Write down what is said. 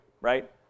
right